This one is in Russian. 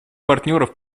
партнеров